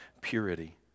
purity